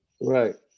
Right